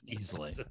easily